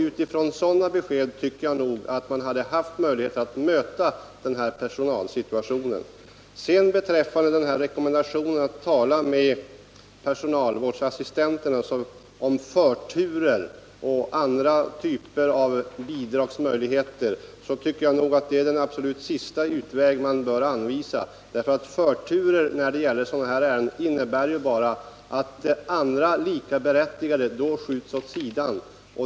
Utifrån sådana besked hade man nog haft möjlighet att möta den uppkomna personalsituationen. Beträffande rekommendationen att tala med personalvårdsassistenterna om förtur och andra typer av möjligheter till bidrag vill jag säga att det nog är den absolut sista utväg man bör anvisa, därför att förtur när det gäller sådana ärenden bara innebär att andra likaberättigade då skjuts åt sidan.